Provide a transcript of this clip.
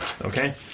okay